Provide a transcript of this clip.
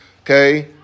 Okay